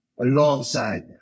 alongside